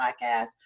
podcast